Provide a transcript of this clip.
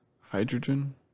Hydrogen